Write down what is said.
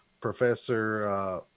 Professor